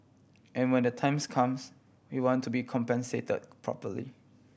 and when the times comes we want to be compensate properly